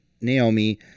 Naomi